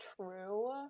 true